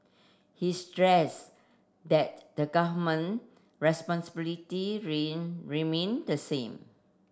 he stress that the Government responsibility remain the same